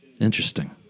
Interesting